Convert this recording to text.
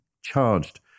charged